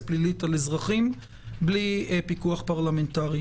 פלילית על אזרחים בלי פיקוח פרלמנטרי.